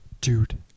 Dude